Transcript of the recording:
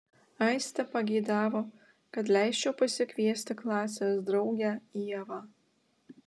aistė pageidavo kad leisčiau pasikviesti klasės draugę ievą